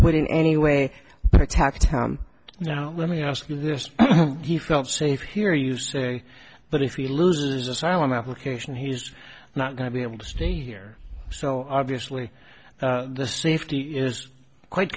would in any way protect you know let me ask you this he felt safe here you say but if he loses asylum application he's not going to be able to stay here so obviously the safety is quite